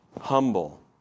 humble